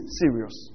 serious